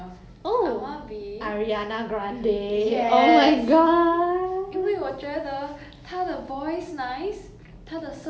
因为我觉得她的 voice nice 她的身材 nice 她的脸 nice 她又很可爱